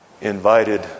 invited